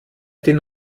den